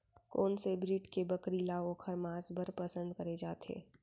कोन से ब्रीड के बकरी ला ओखर माँस बर पसंद करे जाथे?